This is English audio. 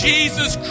Jesus